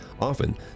Often